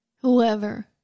whoever